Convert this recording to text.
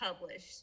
published